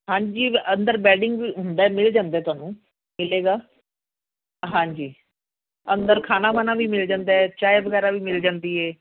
ਹਾਂਜੀ ਅੰਦਰ ਬੈਡਿੰਗ ਵੀ ਹੁੰਦਾ ਮਿਲ ਜਾਂਦਾ ਤੁਹਾਨੂੰ ਮਿਲੇਗਾ ਹਾਂਜੀ ਅੰਦਰ ਖਾਣਾ ਬਾਣਾ ਵੀ ਮਿਲ ਜਾਂਦਾ ਚਾਹ ਵਗੈਰਾ ਵੀ ਮਿਲ ਜਾਂਦੀ ਹੈ